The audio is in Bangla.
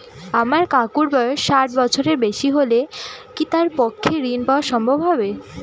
আমার কাকুর বয়স ষাট বছরের বেশি হলে কি তার পক্ষে ঋণ পাওয়া সম্ভব হবে?